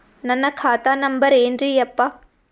ನನ್ನ ಖಾತಾ ನಂಬರ್ ಏನ್ರೀ ಯಪ್ಪಾ?